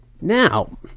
Now